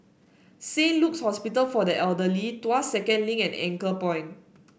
Saint Luke's Hospital for the Elderly Tuas Second Link and Anchorpoint